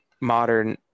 modern